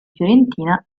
fiorentina